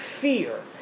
fear